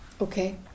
Okay